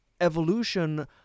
evolution